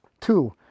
Two